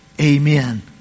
Amen